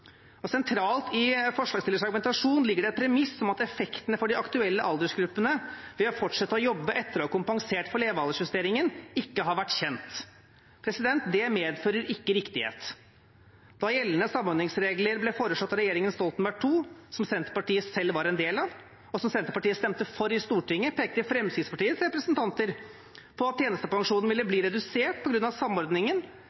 Sentralt i forslagsstillernes argumentasjon ligger det et premiss om at effektene for de aktuelle aldersgruppene ved å fortsette å jobbe etter å ha kompensert for levealdersjusteringen ikke har vært kjent. Det medfører ikke riktighet. Da gjeldende samordningsregler ble foreslått av Stoltenberg II-regjeringen, som Senterpartiet selv var en del av, og som Senterpartiet stemte for i Stortinget, pekte Fremskrittspartiets representanter på at tjenestepensjonen ville